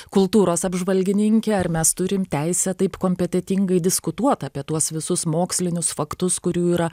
kultūros apžvalgininkė ar mes turim teisę taip kompetetingai diskutuot apie tuos visus mokslinius faktus kurių yra